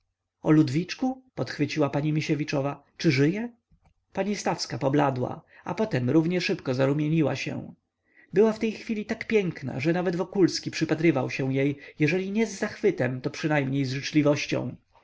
ludwiczku podchwyciła pani misiewiczowa czy żyje pani stawska pobladła a potem równie szybko zarumieniła się była w tej chwili tak piękna że nawet wokulski przypatrywał się jej jeżeli nie z zachwytem to przynajmniej z życzliwością